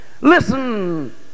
listen